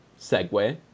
segue